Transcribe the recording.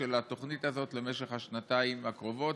של התוכנית הזאת למשך השנתיים הקרובות,